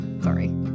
Sorry